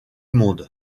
monde